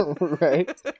right